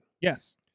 yes